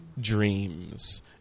Dreams